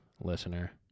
Listener